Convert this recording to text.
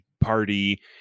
party